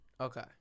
Okay